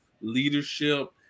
leadership